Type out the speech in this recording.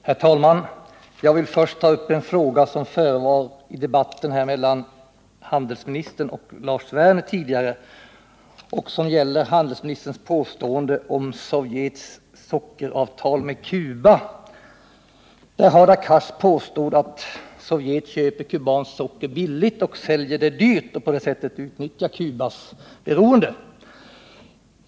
Herr talman! Jag vill först ta upp en fråga som tidigare i debatten förevar mellan handelsministern och Lars Werner. Den gäller handelsministerns påstående om Sovjets sockeravtal med Cuba. Hadar Cars påstod att Sovjet köper kubanskt socker billigt och säljer det dyrt samt på det sättet utnyttjar Cubas beroende av Sovjet.